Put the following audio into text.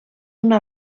una